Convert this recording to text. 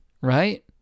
right